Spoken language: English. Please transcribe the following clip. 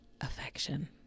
affection